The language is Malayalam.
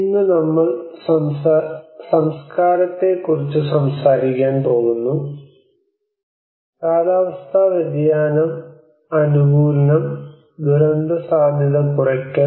ഇന്ന് നമ്മൾ സംസ്കാരത്തെക്കുറിച്ച് സംസാരിക്കാൻ പോകുന്നു കാലാവസ്ഥാ വ്യതിയാന അനുകൂലനം ദുരന്തസാധ്യത കുറയ്ക്കൽ